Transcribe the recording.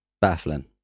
Baffling